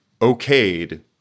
okayed